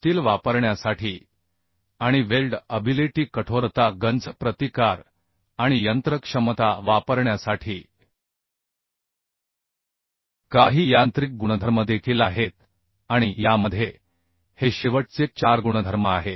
steel वापरण्यासाठी आणि weldability कठोरता गंज प्रतिकार आणि यंत्रक्षमता वापरण्यासाठी काही यांत्रिक गुणधर्म देखील आहेत आणि यामध्ये हे शेवटचे चार गुणधर्म आहेत